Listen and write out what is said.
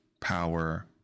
power